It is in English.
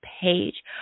page